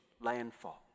landfall